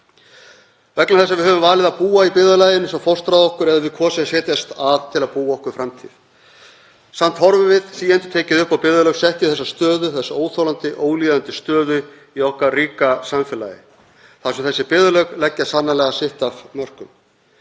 vegna þess að við höfum valið að búa í byggðarlaginu sem fóstraði okkur eða við kosið að setjast að til að búa okkur framtíð. Samt horfum við síendurtekið upp á byggðarlög sett í þessa stöðu, þessa óþolandi, ólíðandi stöðu í okkar ríka samfélagi þar sem þessi byggðarlög leggja sannarlega sitt af mörkum.